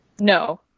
No